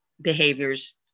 behaviors